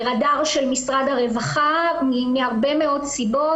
הרדאר של משרד הרווחה מהרבה מאוד סיבות.